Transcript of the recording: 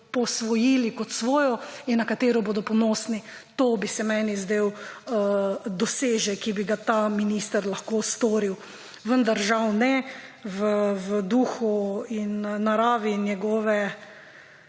posvojili kot svojo in na katero bodo ponosni. To bi se meni zdel dosežek, ki bi ga ta minister lahko storil. Vendar, žal, v duhu in naravi njegove